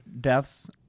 deaths